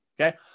okay